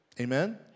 amen